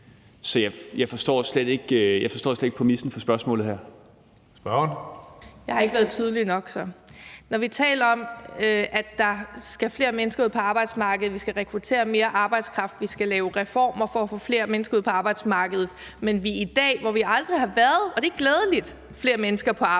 Spørgeren. Kl. 15:38 Lisbeth Bech-Nielsen (SF): Jeg har så ikke været tydelig nok. Vi taler om, at der skal flere mennesker ud på arbejdsmarkedet, at vi skal rekruttere mere arbejdskraft, at vi skal lave reformer for at få flere mennesker ud på arbejdsmarkedet, men når vi i dag, hvor vi aldrig har været, og det er glædeligt, flere mennesker på arbejdsmarkedet,